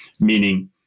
meaning